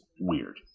weird